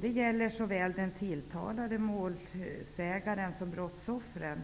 Det gäller såväl den tilltalade som målsägande och brottsoffer.